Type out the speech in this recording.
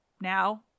now